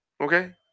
okay